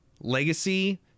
Legacy